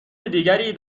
دیگری